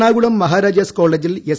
എറണാക്ടുളം മഹാരാജാസ് കോളേജിൽ എസ്